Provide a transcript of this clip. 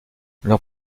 leurs